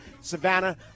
Savannah